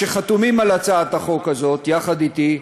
שחתומים על הצעת החוק הזאת יחד אתי.